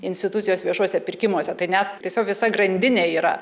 institucijos viešuosiuose pirkimuose tai net tiesiog visa grandinė yra